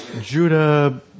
Judah